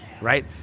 right